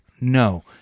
No